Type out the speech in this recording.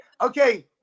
okay